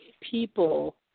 people